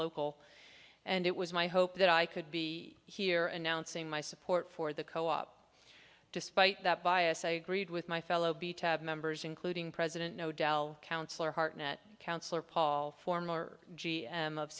local and it was my hope that i could be here and now and see my support for the co op despite that bias i agreed with my fellow be tab members including president no doubt councilor hartnett councilor paul former g m of